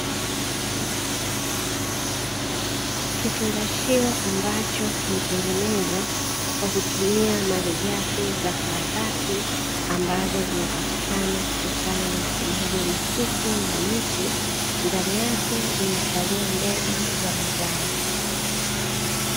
Kifungashio ambacho kimetengenezwa kwa kutumia malighafi za karatasi ambazo zinapatikana kutokana na ufugaji wa misitu na miti. Ndani yake zimehifadhiwa mbegu za mazao.